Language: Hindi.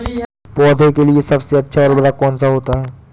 पौधे के लिए सबसे अच्छा उर्वरक कौन सा होता है?